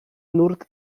nurt